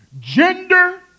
gender